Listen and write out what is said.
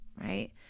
Right